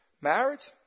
Marriage